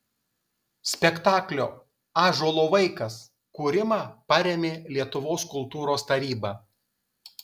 spektaklio ąžuolo vaikas kūrimą parėmė lietuvos kultūros taryba